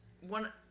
one